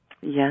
Yes